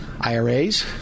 IRAs